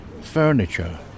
furniture